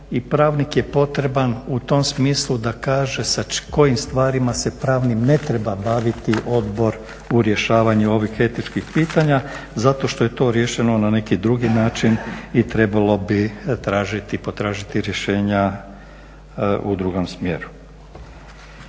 pravnik je potreban u tom smislu da kaže sa kojim stvarima se pravnim ne treba baviti odbor u rješavanju ovih etičkih pitanja zato što je to riješeno na neki drugi način i trebalo bi tražiti i potražiti rješenja u drugom smjeru.